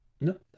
No